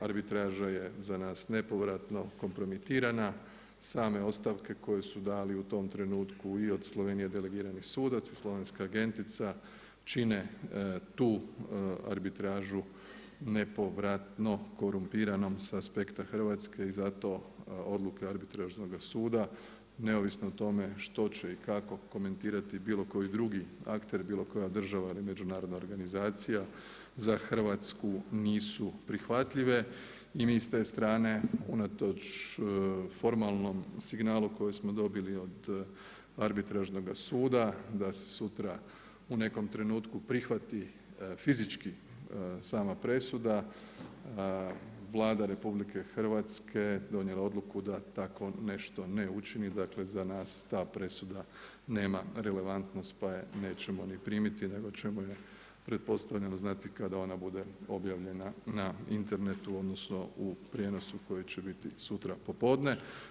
Arbitraža je za nas nepovratno kompromitirana, same ostavke koje su dali u tom trenutku i od Slovenije delegiranih sudaca, slovenska agentica čine tu arbitražu nepovratno korumpiranom sa aspekta Hrvatske i zato odluke Arbitražnoga suda neovisno o tome što će i kako komentirati bilo koji drugi akter, bilo koja država ili međunarodna organizacija za Hrvatsku nisu prihvatljive i mi s te strane unatoč formalnom signalu koji smo dobili od Arbitražnoga suda da se sutra u nekom trenutku prihvati fizički sama presuda Vlada RH donijela je odluku da tako nešto ne učini, dakle za nas ta presuda nema relevantnost pa je nećemo ni primiti nego ćemo je pretpostavljam znati kada ona bude objavljena na Internetu odnosno u prijenosu koji će biti sutra popodne.